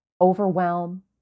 overwhelm